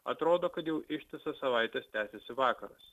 atrodo kad jau ištisas savaites tęsiasi vakaras